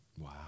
Wow